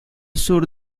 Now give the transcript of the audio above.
sur